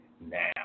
now